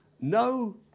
No